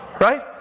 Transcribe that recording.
right